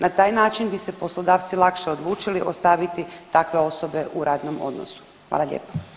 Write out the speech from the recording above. Na taj način bi se poslodavci lakše odlučili ostaviti takve osobe u radnom odnosu, hvala lijepo.